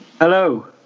Hello